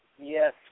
Yes